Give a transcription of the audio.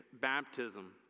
baptism